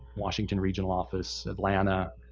washington regional office, atlanta,